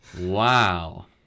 Wow